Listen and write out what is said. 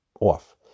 off